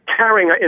carrying